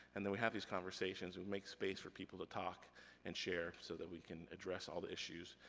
and that we have these conversations, and make space for people to talk and share, so that we can address all the issues.